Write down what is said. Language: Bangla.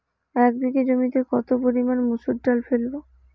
এক বিঘে জমিতে কত পরিমান মুসুর ডাল ফেলবো?